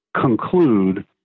conclude